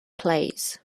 plays